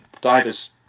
divers